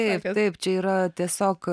taip taip čia yra tiesiog